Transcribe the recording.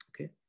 okay